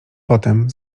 potem